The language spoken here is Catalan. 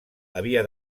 havia